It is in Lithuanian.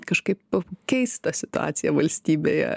kažkaip keistą situaciją valstybėje